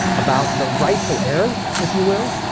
about the rightful heirs, if you will.